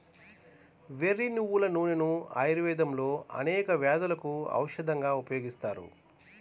వెర్రి నువ్వుల నూనెను ఆయుర్వేదంలో అనేక వ్యాధులకు ఔషధంగా ఉపయోగిస్తారు